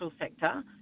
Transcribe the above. sector